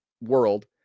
world